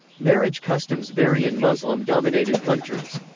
marriage customs vary in muslim dominated countries.